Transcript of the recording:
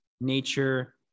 nature